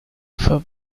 for